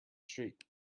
street